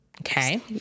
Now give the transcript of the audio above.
Okay